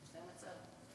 זה המצב.